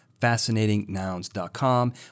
fascinatingnouns.com